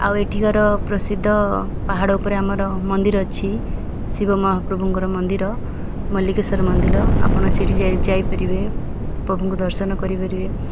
ଆଉ ଏଠିକାର ପ୍ରସିଦ୍ଧ ପାହାଡ଼ ଉପରେ ଆମର ମନ୍ଦିର ଅଛି ଶିବ ମହାପ୍ରଭୁଙ୍କର ମନ୍ଦିର ମଲ୍ଲିକେଶ୍ୱର ମନ୍ଦିର ଆପଣ ସେଠି ଯାଇପାରିବେ ପ୍ରଭୁଙ୍କୁ ଦର୍ଶନ କରିପାରିବେ